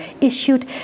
issued